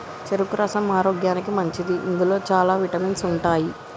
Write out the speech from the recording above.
చెరుకు రసం ఆరోగ్యానికి మంచిది ఇందులో చాల విటమిన్స్ ఉంటాయి